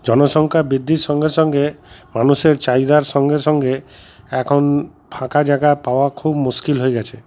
জনসংখ্যার বৃদ্ধির সঙ্গে সঙ্গে মানুষের চাহিদার সঙ্গে সঙ্গে এখন ফাঁকা জায়গা পাওয়া খুব মুশকিল হয়ে গেছে